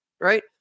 right